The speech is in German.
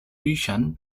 büchern